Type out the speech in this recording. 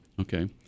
Okay